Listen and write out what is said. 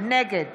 נגד